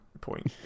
point